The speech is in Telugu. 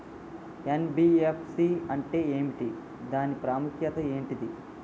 ఎన్.బి.ఎఫ్.సి అంటే ఏమిటి దాని ప్రాముఖ్యత ఏంటిది?